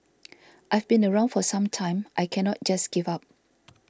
I've been around for some time I cannot just give up